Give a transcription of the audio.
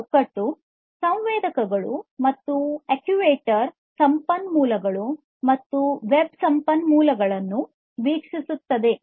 ಈ ಚೌಕಟ್ಟು ಸಂವೇದಕಗಳು ಮತ್ತು ಅಕ್ಚುಯೇಟರ್ ಸಂಪನ್ಮೂಲಗಳು ಮತ್ತು ವೆಬ್ ಸಂಪನ್ಮೂಲಗಳನ್ನು ವೀಕ್ಷಿಸುತ್ತದೆ